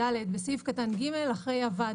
בדבר דרכי אישור תכנית שבסמכות ועדה